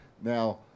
Now